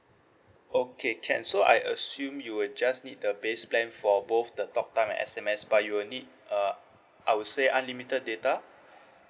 okay can so I assume you will just need the base plan for both the talk time and S_M_S but you will need err I would say unlimited data